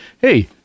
hey-